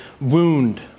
wound